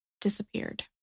Disappeared